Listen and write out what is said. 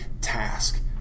task